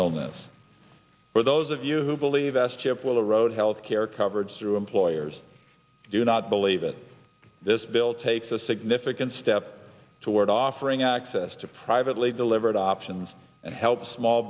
illness for those of you who believe s chip will erode health care coverage through employers do not believe that this bill takes a significant step toward offering access to privately delivered options and help small